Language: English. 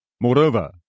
Moreover